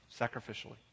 sacrificially